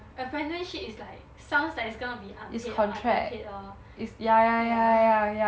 apprenticeship is like sounds like it's gonna be unpaid or underpaid lor ya